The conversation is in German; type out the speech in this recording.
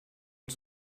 und